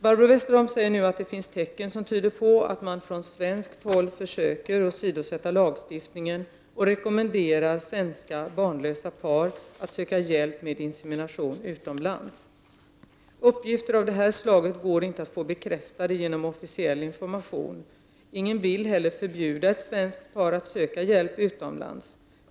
Barbro Westerholm säger nu att det finns tecken som tyder på att man från svenskt håll försöker åsidosätta lagstiftningen och rekommenderar svenska barnlösa par att söka hjälp med insemination utomlands. Uppgifter av det här slaget går inte att få bekräftade genom officiell information. Ingen vill heller förbjuda ett svenskt par att söka hjälp utomlands.